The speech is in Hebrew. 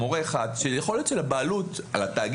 מורה אחד שיכול להיות שלבעלות על התאגיד